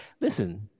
Listen